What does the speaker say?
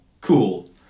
cool